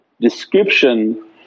description